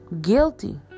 guilty